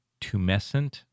tumescent